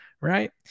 right